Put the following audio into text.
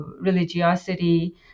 religiosity